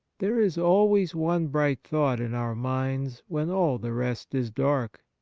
there is always one bright thought in our minds when all the rest is dark.